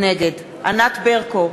נגד ענת ברקו,